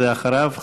ואחריו,